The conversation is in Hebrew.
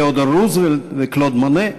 תיאודור רוזוולט וקלוד מונה.